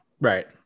right